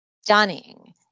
stunning